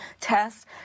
tests